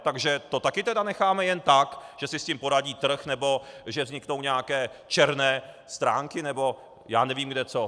Takže to také tedy necháme jen tak, že si s tím poradí trh, nebo že vzniknou nějaké černé stránky, nebo já nevím kde co.